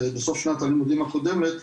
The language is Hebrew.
בסוף שנת הלימודים הקודמת,